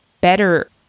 better